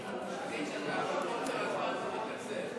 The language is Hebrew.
משהו להצבעה?